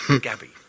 Gabby